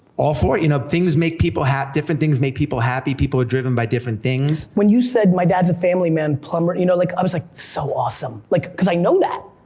all for it, you know? things make people, different things make people happy, people are driven by different things. when you said my dad's a family man, plumber, you know, like i was like, so awesome. like cause i know that!